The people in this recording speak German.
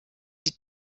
die